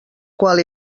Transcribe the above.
qual